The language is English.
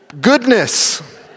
goodness